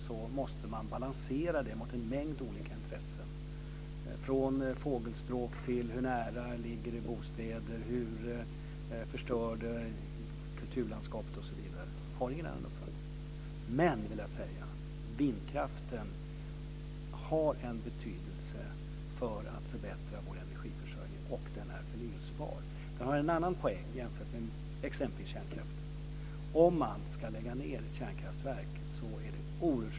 Om man ska lägga ned ett kärnkraftverk är det oerhört stora kostnader.